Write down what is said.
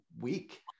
week